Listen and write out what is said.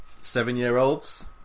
seven-year-olds